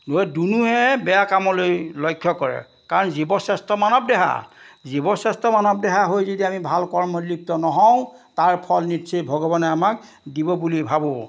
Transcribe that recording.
গ দুনুহে বেয়া কামলৈ লক্ষ্য কৰে কাৰণ জীৱশ্ৰেষ্ঠ মানৱ দেহা জীৱশ্ৰেষ্ঠ মানৱ দেহা হৈ যদি আমি ভাল কৰ্মত লিপ্ত নহওঁ তাৰ ফল নিশ্চয় ভগৱানে আমাক দিব বুলি ভাবোঁ